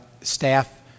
staff